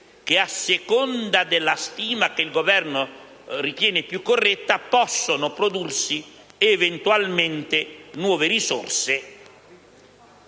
che, a seconda della stima che il Governo ritiene più corretta, possono prodursi eventualmente nuove risorse